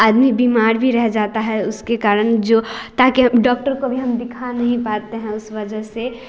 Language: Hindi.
आदमी बीमार भी रह जाता है उसके कारण जो ताकि डॉक्टर को भी हम दिखा नहीं पाते उस वजह से